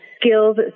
skills